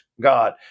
God